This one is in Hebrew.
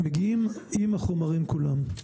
מגיעים עם החומרים כולם.